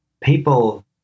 people